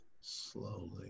slowly